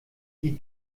die